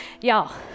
y'all